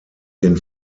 den